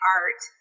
art